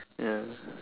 ya